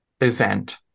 event